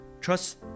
trust